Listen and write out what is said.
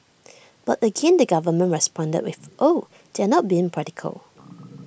but again the government responded with oh they're not being practical